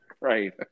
right